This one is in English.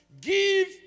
give